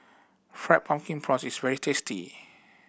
Fried Pumpkin Prawns is very tasty